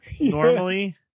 normally